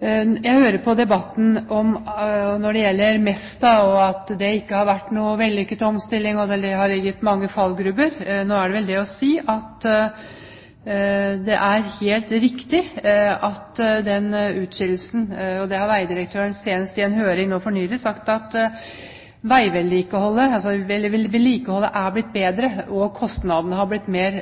Jeg hører på debatten når det gjelder Mesta, at det ikke har vært noen vellykket omstilling, og at det har ligget mange fallgruver der. Nå er det vel det å si at det er helt riktig at i forbindelse med den utskillelsen – og det har veidirektøren sagt i en høring nå for nylig – at veivedlikeholdet er blitt bedre, kostnadene har blitt mer